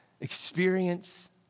experience